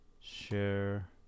Share